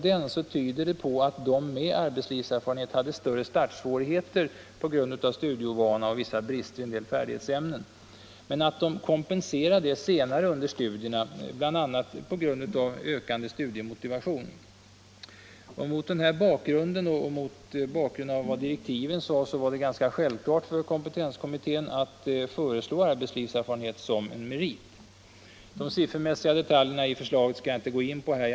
Den tyder på att de med arbetslivserfarenhet hade större startsvårigheter på grund av studieovana och vissa brister i en del färdighetsämnen men att de kompenserade detta senare under studierna, bl.a. genom ökande studiemotivation. Mot den här bakgrunden och med hänsyn till vad direktiven sade var det ganska självklart för kompetenskommittén att föreslå arbetslivserfarenhet som en merit. De siffermässiga detaljerna i förslaget skall jag inte gå in på här.